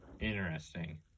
Interesting